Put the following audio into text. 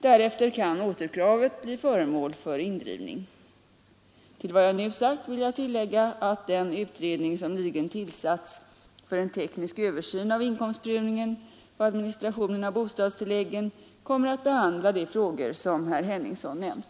Därefter kan återkravet bli föremål för indrivning. Till vad jag nu sagt vill jag tillägga att den utredning som nyligen tillsatts för en teknisk översyn av inkomstprövningen och administrationen av bostadstilläggen kommer att behandla de frågor som herr Henningsson nämnt.